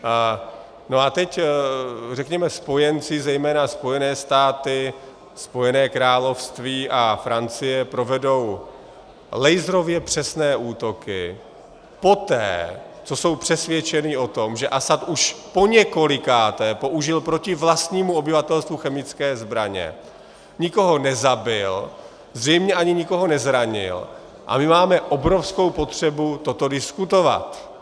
No a teď řekněme spojenci, zejména Spojené státy, Spojené království a Francie, provedou laserově přesné útoky poté, co jsou přesvědčeny o tom, že Asad už poněkolikáté použil proti vlastnímu obyvatelstvu chemické zbraně, nikoho nezabil, zřejmě ani nikoho nezranil, a my máme obrovskou potřebu toto diskutovat.